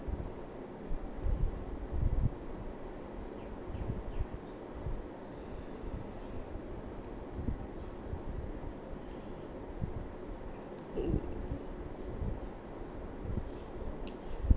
mm